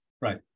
Right